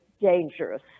dangerous